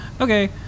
Okay